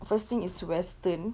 first thing it's western